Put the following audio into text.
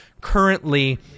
currently